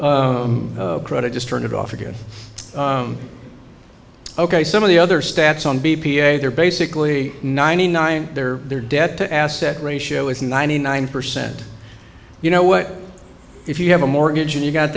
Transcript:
to just turn it off again ok some of the other stats on b p a they're basically ninety nine their their debt to asset ratio is ninety nine percent you know what if you have a mortgage and you got